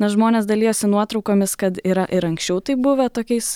na žmonės dalijasi nuotraukomis kad yra ir anksčiau taip buvę tokiais